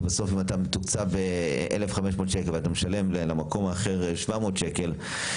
כי בסוף אתה מתוקצב 1,500 שקלים ואתה משלם למקום האחר 700 שקלים,